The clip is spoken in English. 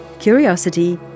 curiosity